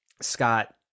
Scott